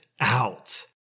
out